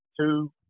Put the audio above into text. two